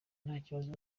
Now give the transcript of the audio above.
ntakibazo